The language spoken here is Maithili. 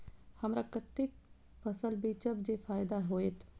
हमरा कते फसल बेचब जे फायदा होयत?